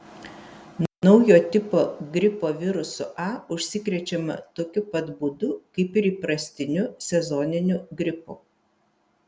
naujo tipo gripo virusu a užsikrečiama tokiu pat būdu kaip ir įprastiniu sezoniniu gripu